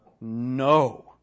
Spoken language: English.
No